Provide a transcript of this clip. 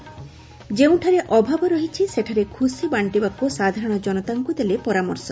ଯେଉଁଠାରେ ଅଭାବ ରହିଛି ସେଠାରେ ଖୁସି ବାଣ୍କିବାକୁ ସାଧାରଣ ଜନତାଙ୍କ ଦେଲେ ପରାମର୍ଶ